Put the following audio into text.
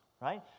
right